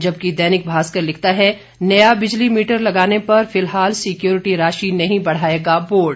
जबकि दैनिक भास्कर लिखता है नया बिजली मीटर लगाने पर फिलहाल सिक्योरिटी राशि नहीं बढ़ाएगा बोर्ड